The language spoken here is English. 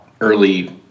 early